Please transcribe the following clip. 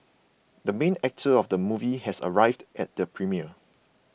the main actor of the movie has arrived at the premiere